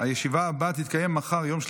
הישיבה הבאה תתקיים מחר, יום